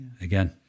again